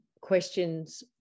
questions